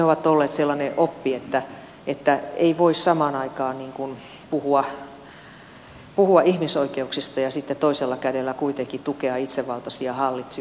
ovat olleet sellainen oppi että ei voi samaan aikaan puhua ihmisoikeuksista ja sitten toisella kädellä kuitenkin tukea itsevaltaisia hallitsijoita